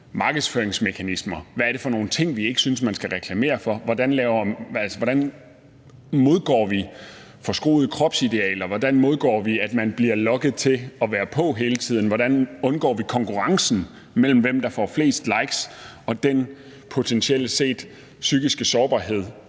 markedsføringsmekanismer, der er? Hvad er det for nogle ting, vi ikke synes man skal reklamere for? Hvordan modgår vi forskruede kropsidealer? Hvordan modgår vi, at man bliver lokket til at være på hele tiden? Hvordan undgår vi konkurrencen om, hvem der får flest likes, og den potentielt set psykiske sårbarhed,